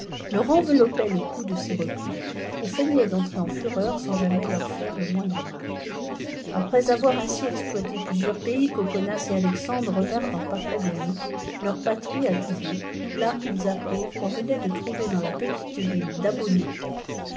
leur enveloppait le cou de ses repuy et feiait d'entrer en fureur sans jamais leur faitoâ le moindre mal affres avoir aiui eiploité plusieurs pjs coqonjgis et alfjxandve revinrent en papblaniei leur patrie à tous deuxt là ils aqiidrd t qu m venait de trouvei dans la petite ville